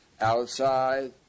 outside